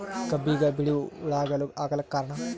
ಕಬ್ಬಿಗ ಬಿಳಿವು ಹುಳಾಗಳು ಆಗಲಕ್ಕ ಕಾರಣ?